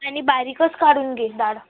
आणि बारीकच काढून घे डाळ